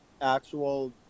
actual